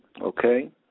Okay